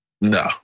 No